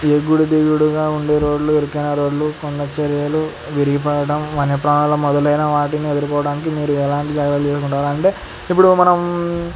ఎగుడు దిగుడుగా ఉండే రోడ్లు ఇరుకైన రోడ్లు కొండ చర్యలు విరిగిపడడం వన్య ప్రాణులు మొదలైన వాటిని ఎదుర్కోవడానికి మీరు ఎలాంటి జాగ్రత్తలు తీసుకుంటారు అంటే ఇప్పుడు మనం